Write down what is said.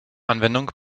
anwendung